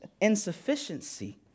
insufficiency